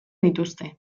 dituzte